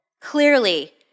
Clearly